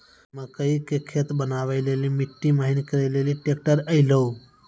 मकई के खेत बनवा ले ली मिट्टी महीन करे ले ली ट्रैक्टर ऐलो?